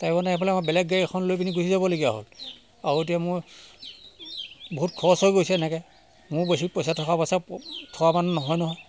টাইমত আহি নাপালে মই বেলেগ গাড়ী এখন লৈ পিনি গুচি যাবলগীয়া হ'ল আৰু এতিয়া মোৰ বহুত খৰচ হৈ গৈছে এনেকৈ মোৰ বেছি পইচা থকা পইচা থকা মানুহ নহয় নহয়